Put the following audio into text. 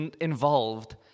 involved